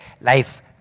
Life